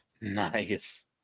Nice